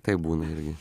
taip būna irgi